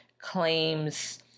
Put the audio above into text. claims